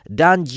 dan